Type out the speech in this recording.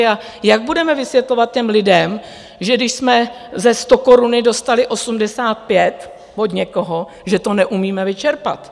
A jak budeme vysvětlovat těm lidem, že když jsme ze stokoruny dostali osmdesát pět od někoho, že to neumíme vyčerpat?